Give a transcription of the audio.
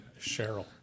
Cheryl